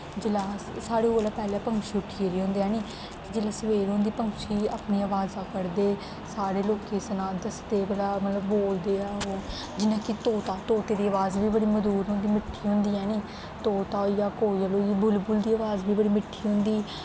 जेल्लै अस साढ़े कोला पैह्लें पंक्षी उट्ठी गेदे होंदे हैनी ते जेल्लै सवेल होंदी पंक्षी अपनी अवाज़ां कड्ढदे सारे लोकें गी सनांदे दसदे भला मतलब बोलदे ऐ जियां कि तोता तोते दी अवाज़ बड़ी मैह्दूद होंदी मिट्ठी होंदी हैनी तोता होई गेआ कोयल होई गेई बुलबुल दी अवाज़ बी बड़ी मिट्ठी होंदी